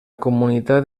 comunitat